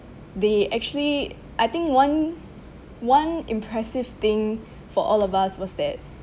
they actually I think one one impressive thing for all of us was that